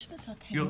יש ממשרד החינוך?